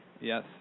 Yes